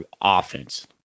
offense